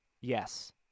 Yes